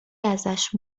ازش